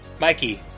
Mikey